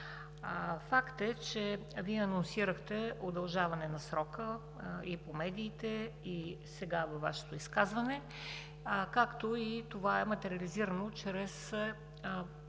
Факт е, че Вие анонсирахте удължаване на срока и по медиите, и сега във Вашето изказване. Това е материализирано и чрез предложение